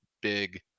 big